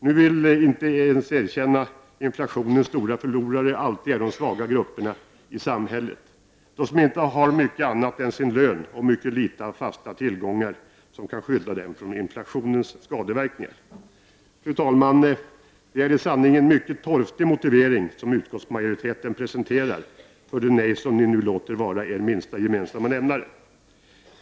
Ni vill inte ens erkänna att inflationens stora förlorare alltid är de svaga grupperna i samhället, de som inte har mycket annat än sin lön och mycket litet av fasta tillgångar som kan skydda dem från inflationens skadeverkningar. Fru talman! Det är i sanning en mycket torftig motivering som utskottsmajoriteten presenterar för det nej som ni nu låter vara er minsta gemensamma nämnare.